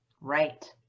Right